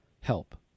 help